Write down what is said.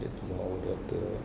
to our daughter